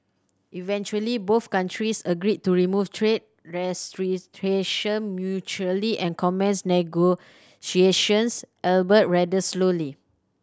eventually both countries agreed to remove trade restrictions mutually and commence negotiations albeit rather slowly